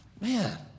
Man